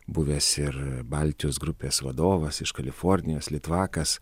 buvęs ir baltijos grupės vadovas iš kalifornijos litvakas